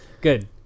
Good